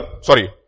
sorry